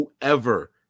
whoever